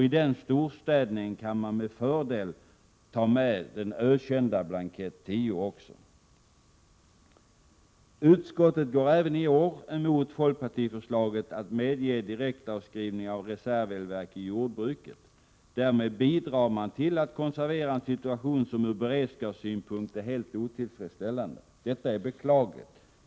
I den storstädningen kan man med fördel ta med den ökända blankett 10. Utskottet går även i år emot folkpartiförslaget att medge direktavskrivning av reservelverk i jordbruket. Därmed bidrar man till att konservera en situation som ur beredskapssynpunkt är helt otillfredsställande. Detta är beklagligt.